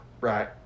Right